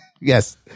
Yes